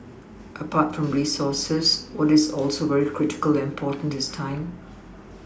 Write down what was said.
apart from resources what is also very critical and important is time